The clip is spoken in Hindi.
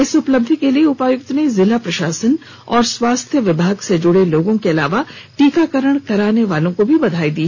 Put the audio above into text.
इस उपलब्धि के लिए उपायुक्त ने जिला प्रशासन और स्वास्थ्य विभाग से जुड़े लोगों के अलावा टीकाकरण कराने वालों को बधाई दी